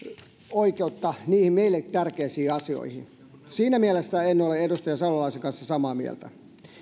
oikeutta meille tärkeisiin asioihin siinä mielessä en ole edustaja salolaisen kanssa samaa mieltä